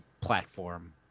platform